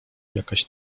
jakaś